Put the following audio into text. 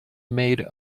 made